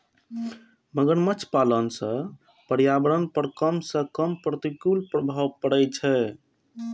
मगरमच्छ पालन सं पर्यावरण पर कम सं कम प्रतिकूल प्रभाव पड़ै छै